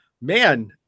Man